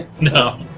No